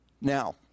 Now